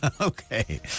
Okay